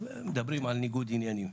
מדברים על ניגוד עניינים.